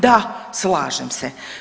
Da, slažem se.